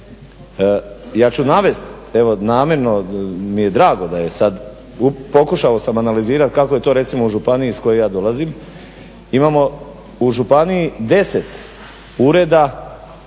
ja ću navesti, evo namjerno mi je drago da je sad, pokušao sam analizirati kako je to recimo u županiji iz koje ja dolazim. Imamo u županiji 10 ureda